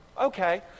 Okay